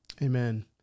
Amen